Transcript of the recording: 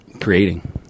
Creating